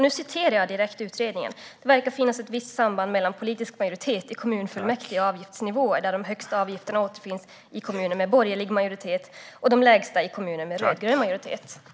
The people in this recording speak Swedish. Nu citerar jag direkt ur utredningen: "Det verkar finnas ett visst samband mellan politisk majoritet i kommunfullmäktige och avgiftsnivåer där de högsta avgifterna återfinns i kommuner med borgerlig majoritet och de lägsta i kommuner med röd-grön majoritet."